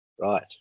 Right